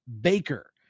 Baker